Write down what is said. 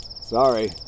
Sorry